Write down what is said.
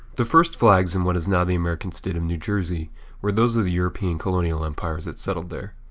the first flags in what is now the american state of new jersey were those of the european colonial empires that settled there.